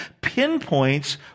pinpoints